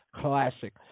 classic